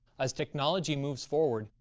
as technology moves forward,